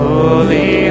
Holy